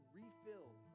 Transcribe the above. refilled